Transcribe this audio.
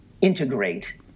integrate